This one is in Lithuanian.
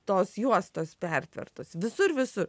tos juostos pertvertos visur visur